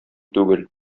түгел